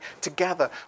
together